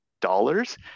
dollars